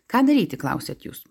ką daryti klausiat jūs